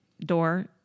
door